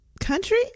Country